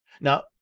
Now